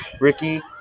Ricky